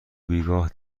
بیگاه